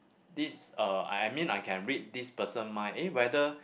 this uh I I mean I can read this person mind eh whether